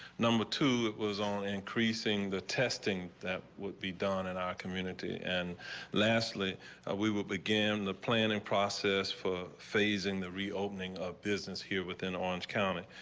number two was on increasing the testing that would be done in our community and lastly we will begin the planning process for phasing the reopening of business here with in orange county.